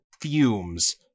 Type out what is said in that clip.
fumes